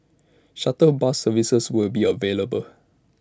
shuttle bus services will be available